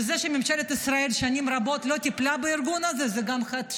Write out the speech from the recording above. וזה שממשלת ישראל שנים רבות לא טיפלה בארגון הזה זה גם חטא שלנו,